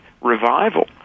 revival